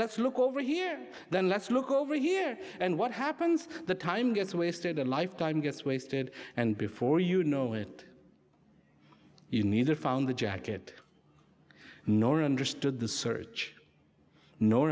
let's look over here then let's look over here and what happens the time gets wasted a lifetime gets wasted and before you know it you need to found the jacket nor understood the search nor